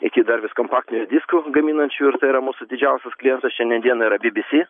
iki dar vis kompaktinius diskus gaminančių ir tai yra mūsų didžiausias klientas šiandien dienai yra bbc